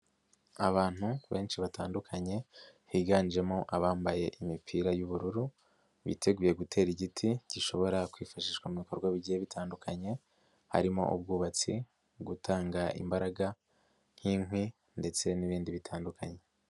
Abantu benshi batandukanye, higanjemo abambaye imipira y'ubururu, biteguye gutera igiti, gishobora kwizifashishwa mu bikorwa bigiye bitandukanye, harimo ubwubatsi, gutanga imbaraga nk'inkwi ndetse n'ibindi bitandukanye.